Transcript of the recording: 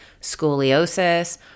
scoliosis